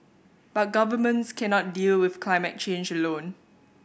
but governments cannot deal with climate change alone